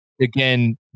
Again